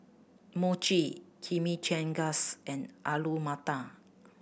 Mochi Chimichangas and Alu Matar